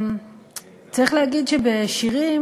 צריך להגיד שבשירים,